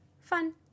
fun